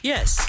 Yes